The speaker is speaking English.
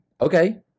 Okay